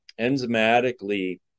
enzymatically